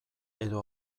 edo